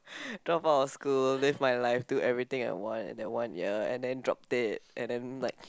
drop out of school live my life do everything I want in that one year and then drop dead and then like